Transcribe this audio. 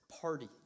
party